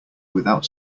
without